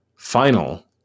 Final